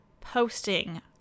posting